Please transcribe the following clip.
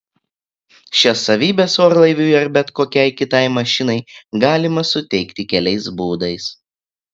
šias savybes orlaiviui ar bet kokiai kitai mašinai galima suteikti keliais būdais